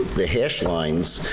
the hash lines,